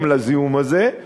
לזיהום הזה,